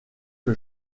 que